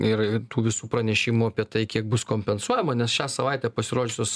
ir tų visų pranešimų apie tai kiek bus kompensuojama nes šią savaitę pasirodžiusios